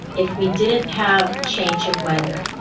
if we didn't have changing weather,